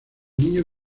niño